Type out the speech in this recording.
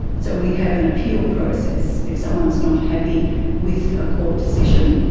so we have an appeal process. if someone's not happy with a court decision,